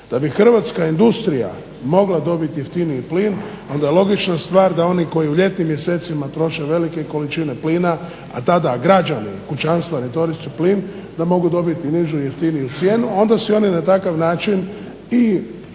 Da bi hrvatska industrija mogla dobiti jeftiniji plin onda logična stvar da oni koji u ljetnim mjesecima troše velike količine pline, a tada građani i kućanstva … plin da mogu dobiti nižu i jeftiniju cijenu onda si oni na takav način i